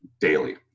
daily